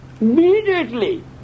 immediately